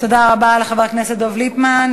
תודה לחבר הכנסת דב ליפמן.